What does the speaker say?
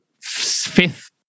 fifth